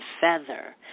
Feather